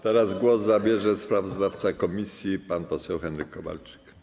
Teraz głos zabierze sprawozdawca komisji pan poseł Henryk Kowalczyk.